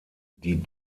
die